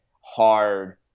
hard